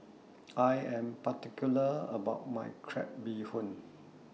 I Am particular about My Crab Bee Hoon